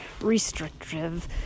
restrictive